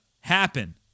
happen